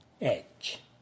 edge